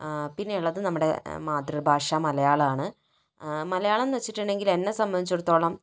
പിന്നെ ഉള്ളത് നമ്മുടെ മാതൃഭാഷ മലയാളമാണ് മലയാളം എന്ന് വെച്ചിട്ടുണ്ടെങ്കിൽ എന്നെ സംബന്ധിച്ചിടത്തോളം